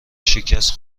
شکست